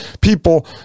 people